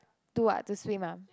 do what to swim ah